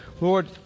Lord